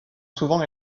souvent